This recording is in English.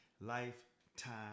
lifetime